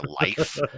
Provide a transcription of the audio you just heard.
life